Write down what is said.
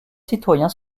citoyens